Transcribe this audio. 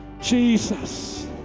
Jesus